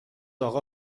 آقا